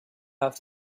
have